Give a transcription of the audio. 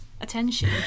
attention